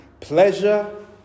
pleasure